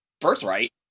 birthright